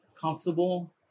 comfortable